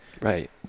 Right